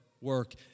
work